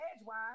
edgewise